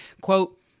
Quote